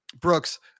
Brooks